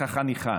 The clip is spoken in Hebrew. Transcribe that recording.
החניכה